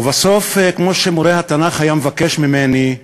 ובסוף, כמו שמורה התנ"ך היה מבקש ממני: